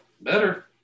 better